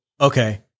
Okay